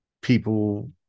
people